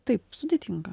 taip sudėtinga